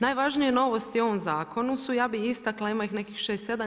Najvažnije novosti u ovom zakonu su ja bih istakla, a ima ih nekih šest, sedam.